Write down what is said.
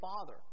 father